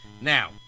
Now